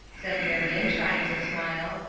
said marion, trying to smile,